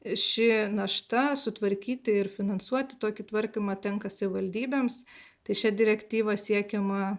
ši našta sutvarkyti ir finansuoti tokį tvarkymą tenka savivaldybėms tai šia direktyva siekiama